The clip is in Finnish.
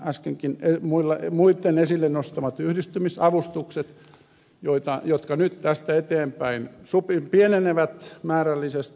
ensin ovat nämä äsken muittenkin esille nostamat yhdistymisavustukset jotka nyt tästä eteenpäin pienenevät määrällisesti